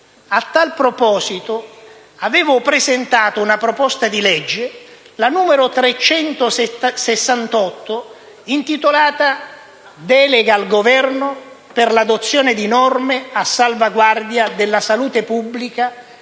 a tal proposito, avevo presentato una proposta di legge, la n. 368, intitolata: «Delega al Governo per l'adozione di norme a salvaguardia della salute pubblica